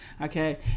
Okay